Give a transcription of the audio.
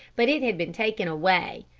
but it had been taken away.